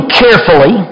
carefully